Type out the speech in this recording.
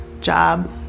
job